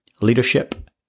leadership